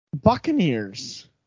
Buccaneers